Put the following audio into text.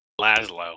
Laszlo